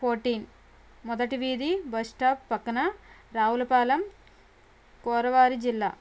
fourteen మొదటి వీధి bus stop పక్కన రావులపాలెం కోర వారి జిల్లా